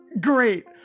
Great